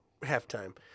halftime